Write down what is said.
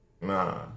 Nah